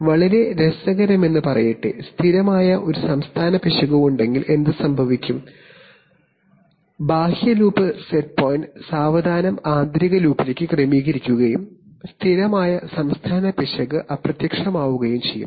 വളരെ രസകരമെന്നു പറയട്ടെ സ്ഥിരമായ ഒരു state പിശക് ഉണ്ടെങ്കിൽ എന്ത് സംഭവിക്കും ബാഹ്യ ലൂപ്പ് സെറ്റ് പോയിന്റ് സാവധാനം ആന്തരിക ലൂപ്പിലേക്ക് ക്രമീകരിക്കുകയും സ്ഥിരമായ state പിശക് അപ്രത്യക്ഷമാവുകയും ചെയ്യും